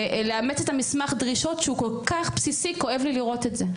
ולאמץ את מסמך הדרישות שהוא כל כך בסיסי כואב לי לראות את זה.